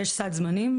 יש סד זמנים,